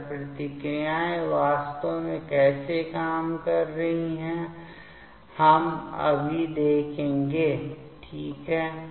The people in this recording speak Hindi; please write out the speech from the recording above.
तो यह प्रतिक्रियाएं वास्तव में कैसे काम कर रही हैं हम अभी देखेंगे ठीक है